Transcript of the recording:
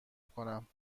کنم